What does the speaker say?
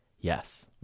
Yes